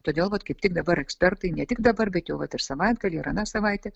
todėl vat kaip tik dabar ekspertai ne tik dabar bet jau vat ir savaitgalį ir aną savaitę